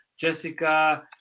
Jessica